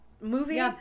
movie